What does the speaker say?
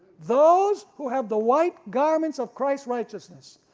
those who have the white garments of christ's righteousness,